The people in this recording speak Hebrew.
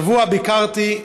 השבוע ביקרתי,